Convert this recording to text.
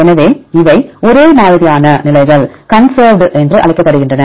எனவே இவை ஒரே மாதிரியான நிலைகள் கன்சர்வ்டு என்று அழைக்கப்படுகின்றன